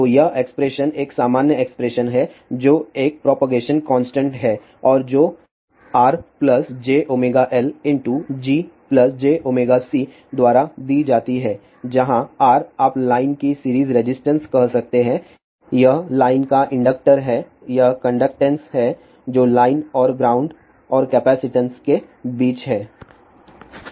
तो यह एक्सप्रेशन एक सामान्य एक्सप्रेशन है जो एक प्रोपगेशन कांस्टेंट है और जो RjωLGjωCद्वारा दी जाती है जहां R आप लाइन की सीरीज रेजिस्टेंस कह सकते हैं यह लाइन का इंडक्टर है यह कंडक्टेन्स है जो लाइन और ग्राउंड और कैपेसिटेंस के बीच है